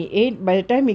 ya